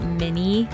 mini